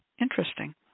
Interesting